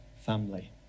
family